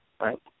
Right